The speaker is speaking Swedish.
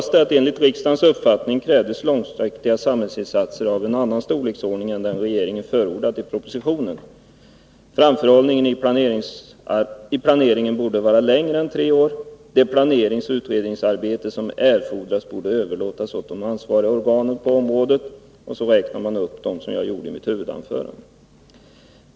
Där sägs att det enligt riksdagens uppfattning krävdes långsiktiga samhällsinsatser av en annan storleksordning än den regeringen förordat i propositionen, att framförhållningen i planeringen borde vara längre än tre år och att det planeringsoch utredningsarbete som erfordrades borde överlåtas åt de ansvariga organen på området. Sedan räknar man upp dem, som jag gjorde i mitt huvudanförande.